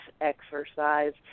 exercise